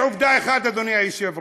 יש עובדה אחת, אדוני היושב-ראש,